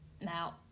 Now